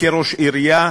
כראש עירייה